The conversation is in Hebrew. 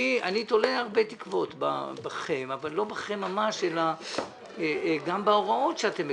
אני תולה הרבה תקוות בכם אבל לא בכם ממש אלא גם בהוראות שאתם מקבלים.